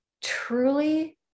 truly